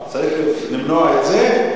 צריך למנוע את זה,